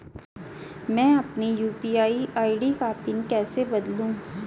मैं अपनी UPI ID का पिन कैसे बदलूं?